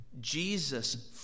Jesus